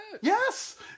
Yes